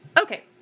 Okay